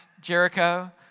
Jericho